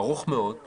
זה